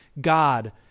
God